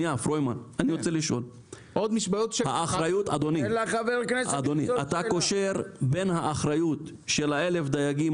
אני רוצה לשאול: אתה קושר בין האחריות של 1,000 הדייגים